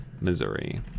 Missouri